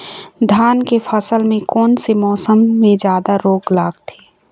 धान के फसल मे कोन से मौसम मे जादा रोग लगथे?